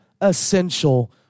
essential